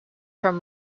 from